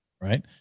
right